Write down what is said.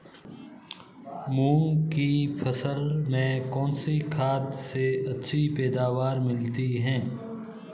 मूंग की फसल में कौनसी खाद से अच्छी पैदावार मिलती है?